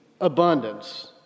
abundance